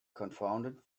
confounded